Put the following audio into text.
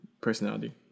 personality